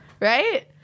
right